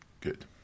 Good